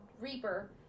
reaper